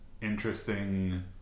interesting